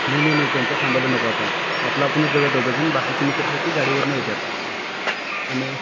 नाही नाही नाही त्यांच्यात थांबायला नको आपण आपलं आपणच जाऊया दोघंजण बाकीचे मित्र आहेत ती गाडीवरनं येत आहेत आणि